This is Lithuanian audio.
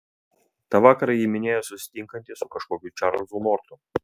tą vakarą ji minėjo susitinkanti su kažkokiu čarlzu nortu